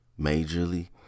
majorly